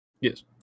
Yes